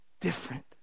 different